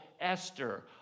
Esther